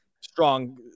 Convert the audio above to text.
strong